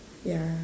ya